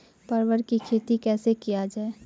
परवल की खेती कैसे किया जाय?